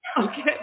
Okay